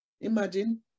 Imagine